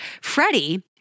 Freddie